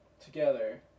together